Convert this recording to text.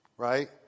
Right